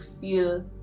feel